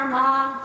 mom